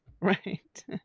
right